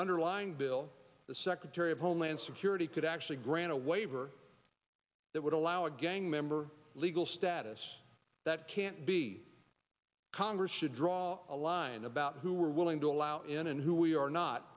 underlying bill the secretary of homeland security could actually grant a waiver that would allow a gang member legal status that can't be congress should draw a line about who are willing to allow in and who we are not